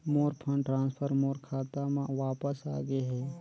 मोर fund transfer मोर खाता म वापस आ गे हे